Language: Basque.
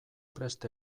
prest